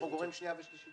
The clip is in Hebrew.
יש עוד קריאה שנייה ושלישית.